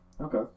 okay